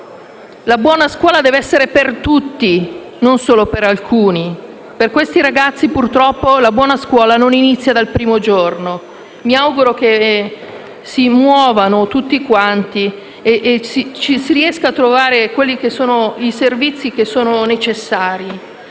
La buona scuola deve essere per tutti, non solo per alcuni. Per questi ragazzi purtroppo la buona scuola non inizia dal primo giorno. Mi auguro che si muovano tutti e che si riescano a garantire i servizi necessari.